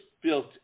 built